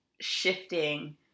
shifting